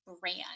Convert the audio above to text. brand